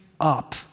up